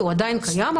הוא עדיין קיים,